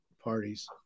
parties